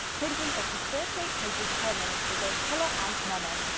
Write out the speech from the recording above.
printing up to thirty eight pages per minute in both colour and mono.